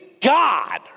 God